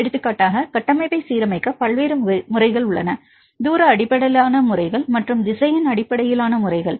எடுத்துக்காட்டாக கட்டமைப்பை சீரமைக்க பல்வேறு முறைகள் உள்ளன தூர அடிப்படையிலான முறைகள் மற்றும் திசையன் அடிப்படையிலான முறைகள்